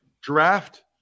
draft